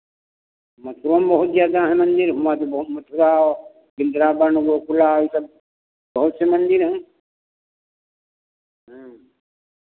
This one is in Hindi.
मथुरा में बहुत ज़्यादा हैं मंदिर हुआँ भी बहुत मथुरा औ वृंदावन गोकुला ई सब बहुत से मंदिर हैं हाँ